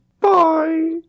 Bye